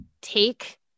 take